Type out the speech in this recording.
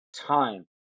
time